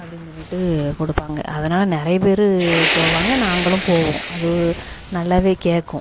அப்படின்னு சொல்லிட்டு கொடுப்பாங்க அதனால் நிறைய பேர் போவாங்க நாங்களும் போவோம் அது நல்லாவே கேட்கும்